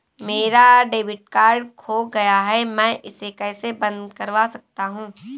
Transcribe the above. मेरा debit card खो गया है मैं इसे कैसे बंद करवा सकता हूँ?